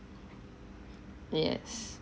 yes